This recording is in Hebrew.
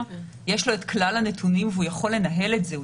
יש לו את כלל הנתונים והוא יכול לנהל את זה.